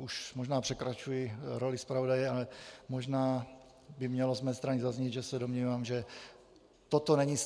Už možná překračuji roli zpravodaje, ale možná by mělo z mé strany zaznít, že se domnívám, že toto není